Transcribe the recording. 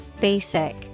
basic